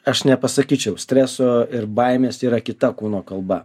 aš nepasakyčiau streso ir baimės yra kita kūno kalba